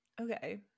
Okay